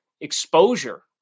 exposure